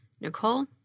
Nicole